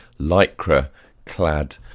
lycra-clad